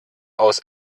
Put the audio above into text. aus